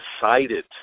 decided